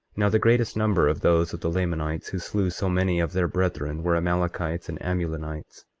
now the greatest number of those of the lamanites who slew so many of their brethren were amalekites and amulonites,